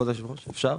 בשם כל הלשכות,